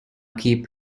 keep